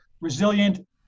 resilient